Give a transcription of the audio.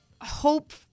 hope